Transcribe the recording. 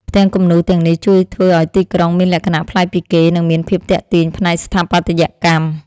ផ្ទាំងគំនូរទាំងនេះជួយធ្វើឱ្យទីក្រុងមានលក្ខណៈប្លែកពីគេ និងមានភាពទាក់ទាញផ្នែកស្ថាបត្យកម្ម។